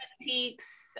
peaks